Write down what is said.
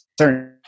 certain